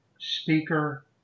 speaker